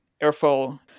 airflow